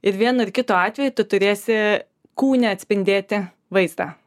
ir vienu ir kitu atveju tu turėsi kūne atspindėti vaizdą